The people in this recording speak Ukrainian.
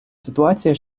ситуація